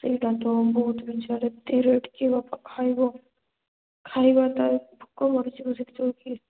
ସେଇଟା ତ ବହୁତ ବି ସିଆଡ଼େ ଏତେ ରେଟ୍ ବାପା କିଏ ଖାଇବ ଖାଇବାଟା ଭୋକ ମରିଯିବ ସେଠି ଯୋଉ ଇଏ